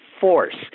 force